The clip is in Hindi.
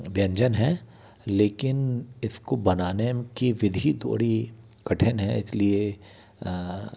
व्यंजन है लेकिन इसको बनाने की विधि थोड़ी कठिन है इसलिए